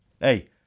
Hey